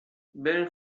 برین